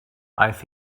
aeth